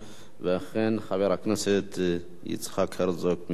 חבר הכנסת יצחק הרצוג, מי שהיה שר,